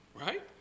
Right